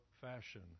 fashion